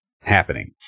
happening